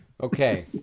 Okay